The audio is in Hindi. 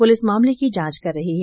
पुलिस मामले की जांच कर रही है